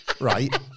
right